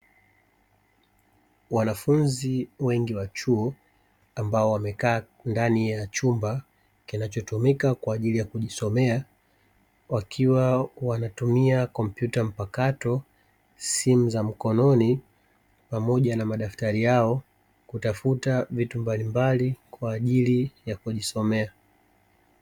Wanafunzi wengi wa chuo ambao wamekaa ndani ya chumba kinachotumika kwaajili ya kujisomea wakiwa wanatumia kompyuta mpakato, simu za mkononi pamoja na madaftari yao kutafuta vitu mbalimbali kwa ajili ya kujisomea.